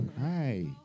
Hi